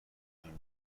تصمیم